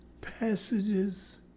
passages